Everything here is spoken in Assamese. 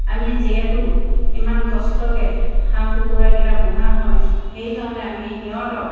আমি যিহেতু ইমান কষ্টকৈ হাঁহ কুকুৰাকেইটা পোহা হয় সেইকাৰণে আমি সিহঁতক